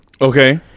okay